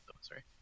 Sorry